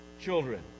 children